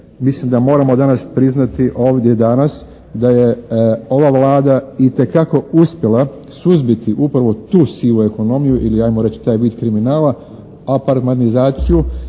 Mislim da moramo danas priznati ovdje danas da je ova Vlada itekako uspjela suzbiti upravo tu sivu ekonomiju ili ajmo reći taj vid kriminala, apartmanizaciju